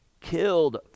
killed